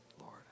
Lord